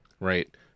Right